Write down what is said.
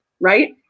right